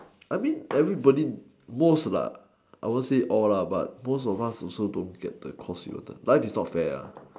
I mean everybody most lah I won't say all lah but most of us also don't get the course that we wanted life is not fair lah